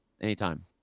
anytime